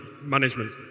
management